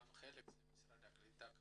מה